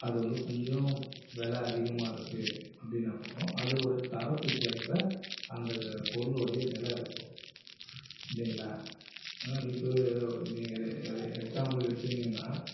அது வந்து கொஞ்சம் விலை அதிகமாக இருக்குது அப்படினாகூட அதோட தரத்துக்கேற்ப அந்த பொருளுடைய விலை இருக்கும் இல்லைங்களா இப்போது எக்ஸாம்புலுக்கு எடுத்துக்கினிங்கன்னா